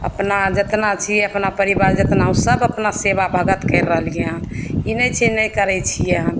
अपना जेतना छी अपना परिवार जेतना उ सब अपना सेवा भगत करि रहलियै हँ ई नहि छै जे नहि करय छियै हम